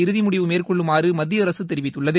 இறுதிமுடிவு மேற்கொள்ளுமாறு மத்தியஅரசு தெரிவித்துள்ளது